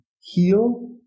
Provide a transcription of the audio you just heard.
heal